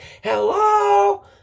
hello